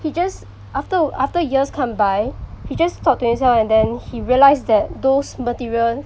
he just after after years come by he just thought to himself and then he realise that those materials